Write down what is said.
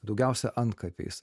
daugiausiai antkapiais